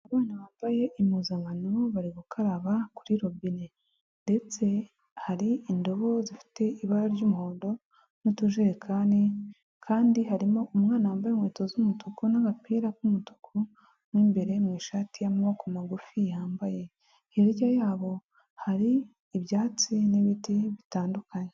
Abana bambaye impuzankano bari gukaraba kuri robine ndetse hari indobo zifite ibara ry'umuhondo n'utujerekani, kandi harimo umwana wambaye inkweto z'umutuku n'agapira k'umutuku, mu imbere mu ishati y'amaboko magufi yambaye, hirya yabo hari ibyatsi n'ibiti bitandukanye.